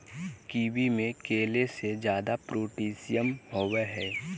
kiwi में केले से ज्यादा पोटेशियम होबो हइ